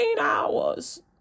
hours